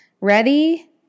Ready